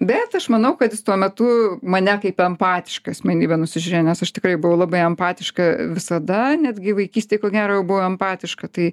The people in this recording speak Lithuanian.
bet aš manau kad jis tuo metu mane kaip empatišką asmenybę nusižiūrėjo nes aš tikrai buvau labai empatiška visada netgi vaikystėj ko gero jau buvo empatiška tai